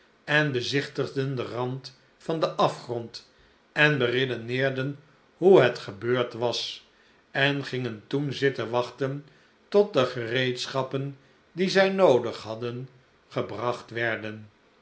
en bezichtigden den rand van den afgrond en beredeneerden hoe het gebeurd was en gingen toen zitten wachten tot de gereedschappen die zij noodig hadden gebracht werden